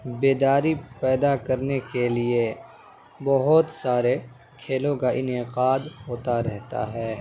بیداری پیدا کرنے کے لیے بہت سارے کھیلوں کا انعقاد ہوتا رہتا ہے